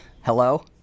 Hello